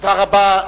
תודה רבה.